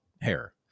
hair